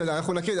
בסדר, אנחנו נקריא.